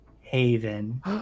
Haven